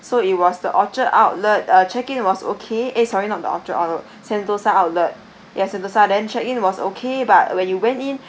so it was the orchard outlet uh check in was okay eh sorry not the orchard outlet sentosa outlet yes sentosa then check in was okay but when you went in